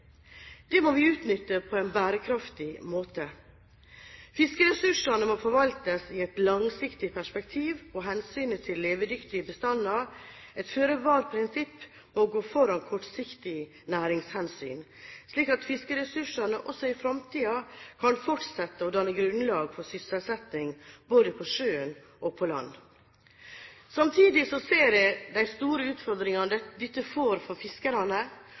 Det må vi utnytte på en bærekraftig måte. Fiskeressursene må forvaltes i et langsiktig perspektiv, og hensynet til levedyktige bestander – et føre-var-prinsipp – må gå foran kortsiktig næringshensyn, slik at fiskeressursene også i fremtiden kan fortsette å danne grunnlag for sysselsetting både på sjøen og på land. Samtidig ser jeg de store utfordringene dette får for fiskerne,